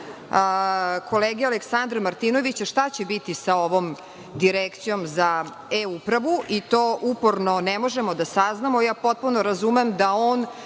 kolege Aleksandra Martinovića, šta će biti sa ovom Direkcijom za E-upravu, i to uporno ne možemo da saznamo. Potpuno razumem da on,